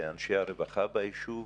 "לאנשי הרווחה" ביישוב?